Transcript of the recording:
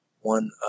one